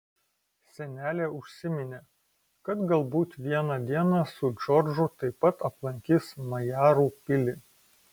senelė užsiminė kad galbūt vieną dieną su džordžu taip pat aplankys majarų pilį